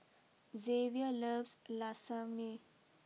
Zavier loves Lasagne